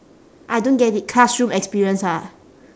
I don't get it classroom experience ah